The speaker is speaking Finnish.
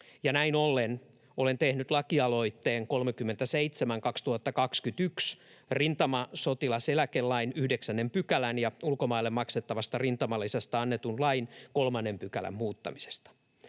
näin ollen olen tehnyt lakialoitteen 37/2021 rintamasotilaseläkelain 9 §:n ja ulkomaille maksettavasta rintamalisästä annetun lain 3 §:n muuttamisesta.